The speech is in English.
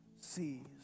sees